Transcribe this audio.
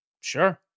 Sure